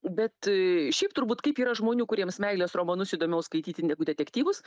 bet šiaip turbūt kaip yra žmonių kuriems meilės romanus įdomiau skaityti negu detektyvus